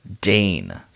Dane